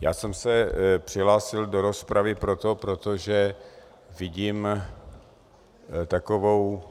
Já jsem se přihlásil do rozpravy proto, že vidím takovou